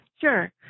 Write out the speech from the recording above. Sure